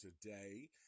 today